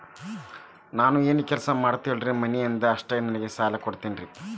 ನಾನು ಏನು ಕೆಲಸ ಮಾಡಂಗಿಲ್ರಿ ಮನಿ ಅದ ಅಷ್ಟ ನನಗೆ ಸಾಲ ಕೊಡ್ತಿರೇನ್ರಿ?